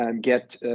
Get